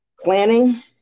planning